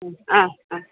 অহ অহ